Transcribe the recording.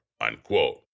unquote